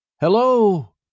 Hello